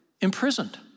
imprisoned